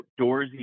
outdoorsy